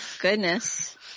Goodness